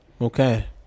okay